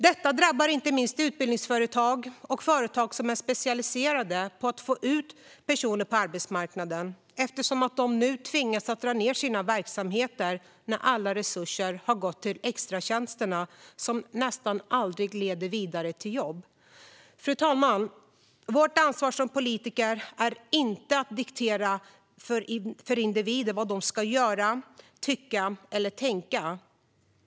Detta drabbar inte minst utbildningsföretag och företag som är specialiserade på att få ut personer på arbetsmarknaden, som nu tvingas dra ned på sin verksamhet när alla resurser går till extratjänsterna, som nästan aldrig leder vidare till jobb. Fru talman! Vårt ansvar som politiker är inte att diktera för individer vad de ska göra, tycka eller tänka.